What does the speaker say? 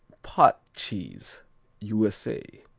pot cheese u s a.